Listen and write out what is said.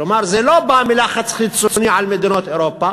כלומר, זה לא בא מלחץ חיצוני על מדינות אירופה